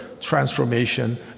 transformation